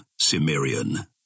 Cimmerian